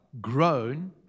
grown